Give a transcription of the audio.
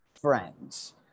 friends